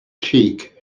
cheek